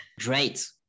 Great